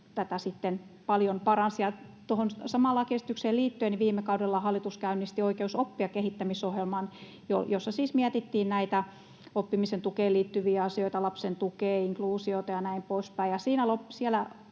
tätä sitten paljon paransi. Tuohon samaan lakiesitykseen liittyen viime kaudella hallitus käynnisti Oikeus oppia ‑kehittämisohjelman, jossa siis mietittiin näitä oppimisen tukeen liittyviä asioita: lapsen tukea, inkluusiota ja näin poispäin.